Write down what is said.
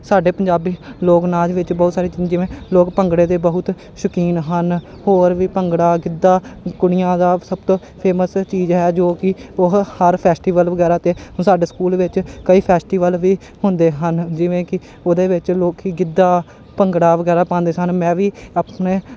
ਸਾਡੇ ਪੰਜਾਬੀ ਲੋਕ ਨਾਚ ਵਿੱਚ ਬਹੁਤ ਸਾਰੇ ਜਿਵੇਂ ਲੋਕ ਭੰਗੜੇ ਦੇ ਬਹੁਤ ਸ਼ੌਕੀਨ ਹਨ ਹੋਰ ਵੀ ਭੰਗੜਾ ਗਿੱਧਾ ਕੁੜੀਆਂ ਦਾ ਸਭ ਤੋਂ ਫੇਮਸ ਚੀਜ਼ ਹੈ ਜੋ ਕਿ ਉਹ ਹਰ ਫੈਸਟੀਵਲ ਵਗੈਰਾ 'ਤੇ ਸਾਡੇ ਸਕੂਲ ਵਿੱਚ ਕਈ ਫੈਸਟੀਵਲ ਵੀ ਹੁੰਦੇ ਹਨ ਜਿਵੇਂ ਕਿ ਉਹਦੇ ਵਿੱਚ ਲੋਕ ਗਿੱਧਾ ਭੰਗੜਾ ਵਗੈਰਾ ਪਾਉਂਦੇ ਸਨ ਮੈਂ ਵੀ ਆਪਣੇ